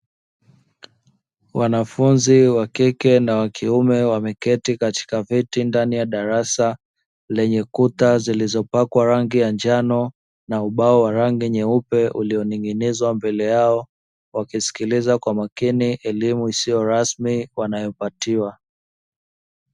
Wanafunzi wa kike na wa kiume wameketi katika viti ndani ya darasa lenye kuta zilizopakwa rangi ya njano na ubao wa rangi nyeupe ulioning'inizwa mbele yao, wakisikiliza kwa makini elimu isiyo rasmi wanayopatiwa.